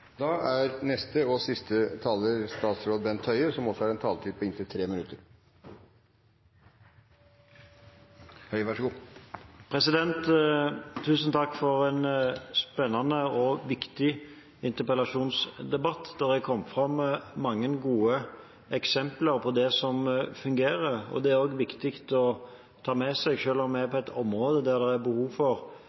for en spennende og viktig interpellasjonsdebatt. Det har kommet fram mange gode eksempler på det som fungerer, og det er også viktig å ta med seg. Selv om vi er på et område der det er behov for